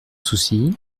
souci